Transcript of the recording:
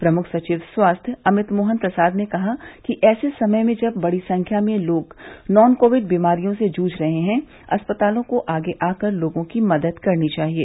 प्रमुख सचिव स्वास्थ्य अमित मोहन प्रसाद ने कहा कि ऐसे समय में जब बड़ी संख्या में लोग नॉन कोविड बीमारियों से जूझ रहे हैं अस्पतालों को आगे आकर लोगों की मदद करनी चाहिए